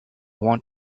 want